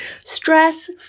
Stress